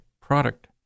product